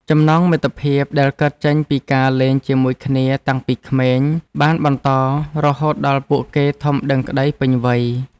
ចំណងមិត្តភាពដែលកើតចេញពីការលេងជាមួយគ្នាតាំងពីក្មេង បានបន្តរហូតដល់ពួកគេធំដឹងក្តីពេញវ័យ។